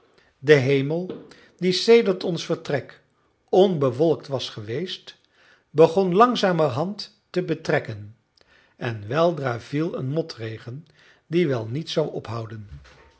de hemel die sedert ons vertrek onbewolkt was geweest begon langzamerhand te betrekken en weldra viel een motregen die wel niet zou ophouden